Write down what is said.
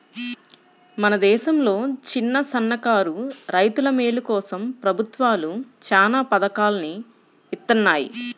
మన దేశంలో చిన్నసన్నకారు రైతుల మేలు కోసం ప్రభుత్వాలు చానా పథకాల్ని ఇత్తన్నాయి